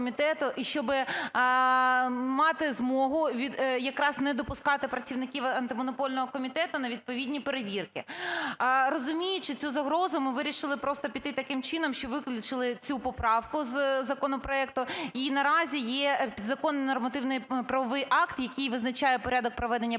і щоб мати змогу від… якраз не допускати працівників Антимонопольного комітету на відповідні перевірки. Розуміючи цю загрозу, ми вирішили просто піти таким чином, що виключили цю поправку з законопроекту. І наразі є підзаконний нормативно-правовий акт, який визначає порядок проведення перевірок,